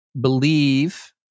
believe